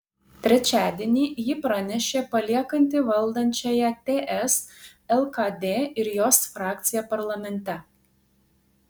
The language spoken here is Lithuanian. trečiadienį ji pranešė paliekanti valdančiąją ts lkd ir jos frakciją parlamente